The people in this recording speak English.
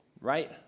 right